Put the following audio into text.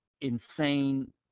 insane